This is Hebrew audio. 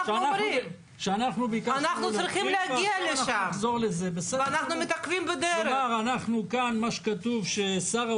אומר לכם כפל השגחה אני מתייחס לסדר גודל של 14 גופי כשרות.